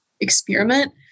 experiment